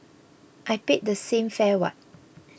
I paid the same fare what